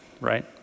right